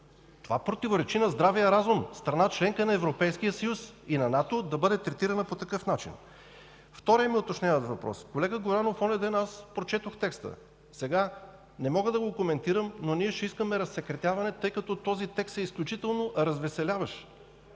Това противоречи на здравия разум – страна членка на Европейския съюз и на НАТО да бъде третирана по такъв начин! Вторият ми уточняващ въпрос. Колега Горанов, онзи ден аз прочетох текста. Сега не мога да го коментирам, но ние ще искаме разсекретяване, тъй като този текст е изключително развеселяващ.